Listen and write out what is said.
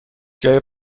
جای